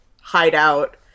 hideout